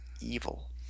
evil